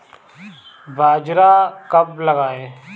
बाजरा कब लगाएँ?